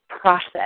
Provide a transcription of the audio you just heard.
process